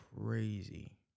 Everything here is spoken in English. crazy